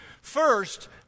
First